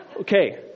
Okay